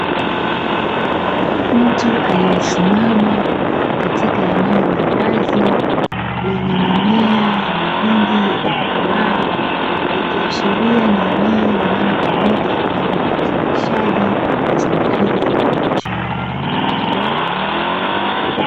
Mtu aliesimama katika eneo la wazi lenye mimea ya mahindi yaliyokomaa, ikiashiria ni eneo linalotumika kwa ajili ya uzalishaji wa zao hilo la biashara.